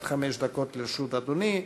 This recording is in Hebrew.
עד חמש דקות לרשות אדוני.